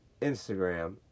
Instagram